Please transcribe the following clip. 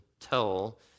tell